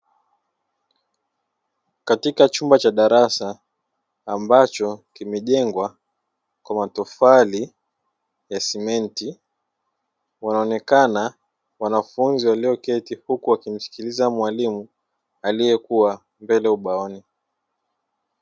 Katika chumba cha darasa ambacho kimejengwa kwa matofali ya simenti, wanaonekana wanafunzi walioketi huku wakimsikiliza mwalimu aliyekua mbele ubaoni.